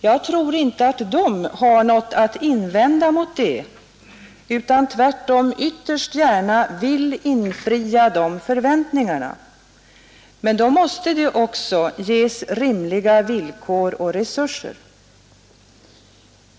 Jag tror inte att dessa har något att invända mot det utan tvärtom ytterst gärna vill infria de förväntningarna. Men då måste förbunden också ges rimliga villkor och resurser.